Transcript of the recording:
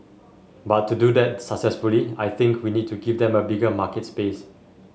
but to do that successfully I think we need to give them a bigger market space